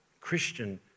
Christian